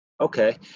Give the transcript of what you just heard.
Okay